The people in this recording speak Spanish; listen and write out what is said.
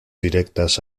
directas